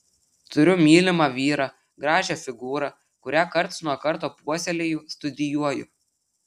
turiu mylimą vyrą gražią figūrą kurią karts nuo karto puoselėju studijuoju